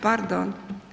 Pardon.